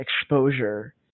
exposure